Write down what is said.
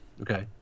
Okay